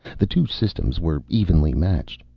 the two systems were evenly matched.